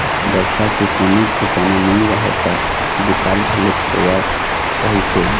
बरसा के कोनो ठिकाना नइ रहय त दुकाल घलोक होवत रहिस हे